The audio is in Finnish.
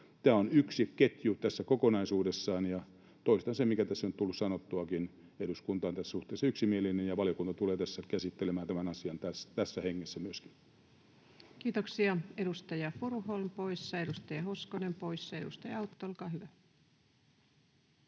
Tämä on yksi ketju tässä kokonaisuudessa. Toistan sen, mikä tässä on tullut sanottuakin: eduskunta on tässä suhteessa yksimielinen, ja valiokunta tulee myöskin käsittelemään tämän asian tässä hengessä. Kiitoksia. — Edustaja Furuholm poissa, edustaja Hoskonen poissa. — Edustaja Autto, olkaa hyvä.